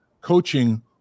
coaching